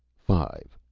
five.